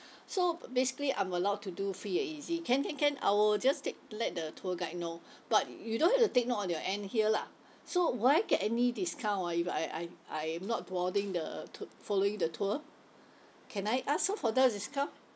so basically I'm allowed to do free and easy can can can I will just take let the tour guide know but you don't have to take note on your end here lah so would I get any discount ah if I I I'm not boarding the tou~ following the tour can I ask so for further discount